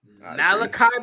Malachi